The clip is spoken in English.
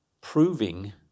proving